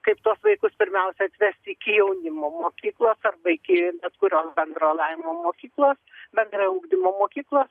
kaip tuos vaikus pirmiausia atvesti iki jaunimo mokyklos arba iki bet kurios bendro lavinimo mokyklos bendrojo ugdymo mokyklos